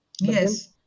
Yes